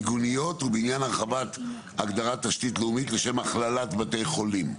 ורישוי מיגוניות ובעניין הרחבת תשתית לאומית לשם הכללת בתי חולים.